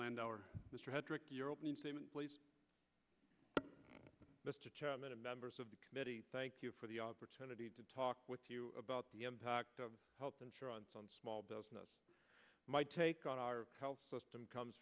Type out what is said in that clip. headrick your opening statement please mr chairman and members of the committee thank you for the opportunity to talk with you about the impact of health insurance on small business my take on our health system comes